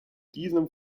diesem